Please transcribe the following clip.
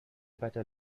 better